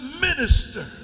minister